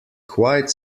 quite